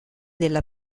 della